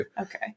Okay